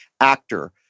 actor